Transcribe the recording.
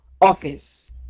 office